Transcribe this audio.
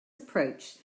approach